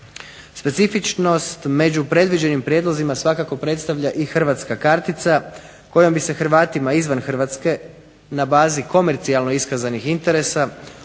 Specifičnost među predviđenim prijedlozima svakako predstavlja i hrvatska kartica kojom bi se Hrvatima izvan Hrvatske na bazi komercijalno iskazanih interesa omogućio